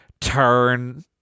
turn